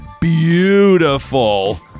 Beautiful